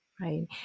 Right